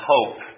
Hope